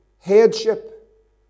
headship